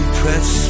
press